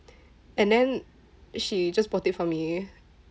and then she just bought it for me